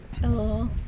Hello